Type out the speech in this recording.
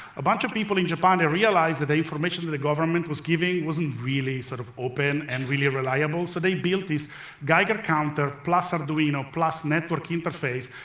a bunch of people in japan, they realized that the information that the government was giving wasn't really sort of open and really reliable, so they built this geiger counter, plus arduino, plus network interface.